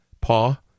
Paw